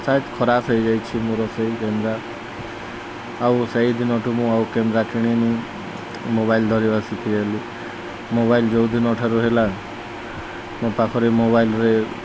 ସାୟଦ ଖରାପ ହେଇଯାଇଛି ମୋର ସେଇ କ୍ୟାମେରା ଆଉ ସେଇ ଦିନଠୁ ମୁଁ ଆଉ କ୍ୟାମେରା କିଣିନି ମୋବାଇଲ ଧରିବା ଶିଖିଗଲି ମୋବାଇଲ ଯେଉଁ ଦିନଠାରୁ ହେଲା ମୋ ପାଖରେ ମୋବାଇଲରେ